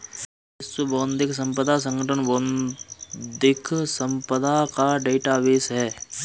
विश्व बौद्धिक संपदा संगठन बौद्धिक संपदा का डेटाबेस है